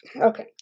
okay